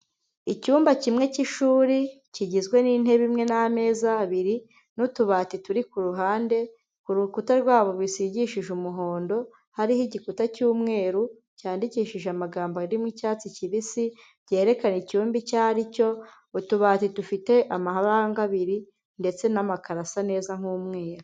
Icyumba kimwe cy'ishuri kigizwe n'intebe imwe n'ameza abiri, n'utubati turi ku ruhande, ku rukuta rwabo bisigishije umuhondo, hariho igikuta cy'umweru cyandikishije amagambo arimo icyatsi kibisi, byerekana icyumba icyo aricyo, utubati dufite amaharanga abiri, ndetse n'amakaro asa neza nk'umweru.